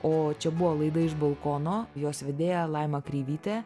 o čia buvo laida iš balkono jos vedėja laima kreivytė